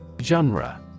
Genre